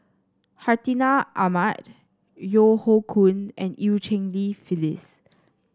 Hartinah Ahmad Yeo Hoe Koon and Eu Cheng Li Phyllis